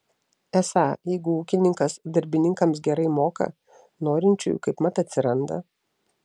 esą jeigu ūkininkas darbininkams gerai moka norinčiųjų kaipmat atsiranda